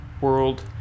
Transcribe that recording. World